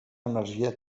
energia